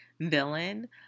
villain